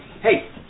Hey